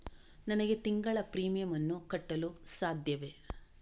ನನಗೆ ತಿಂಗಳ ಪ್ರೀಮಿಯಮ್ ಅನ್ನು ಕಟ್ಟಲು ಸಾಧ್ಯವೇ?